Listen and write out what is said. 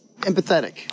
empathetic